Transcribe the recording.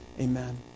Amen